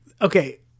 Okay